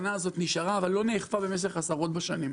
התקנה הזאת נשארה, אבל לא נאכפה במשך עשרות בשנים.